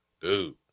dude